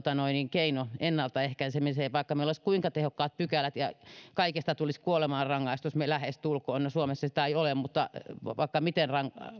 keino ennalta ehkäisemiseen vaikka meillä olisi kuinka tehokkaat pykälät ja kaikista tulisi kuolemanrangaistus lähestulkoon no suomessa sitä ei ole mutta vaikka olisi miten